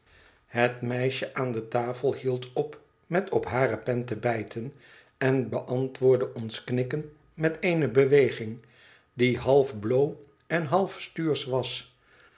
het meisje aan de tafel hield op met op hare pen te bijten en beantwoordde ons knikken met eene beweging die half bloo en half stuursch was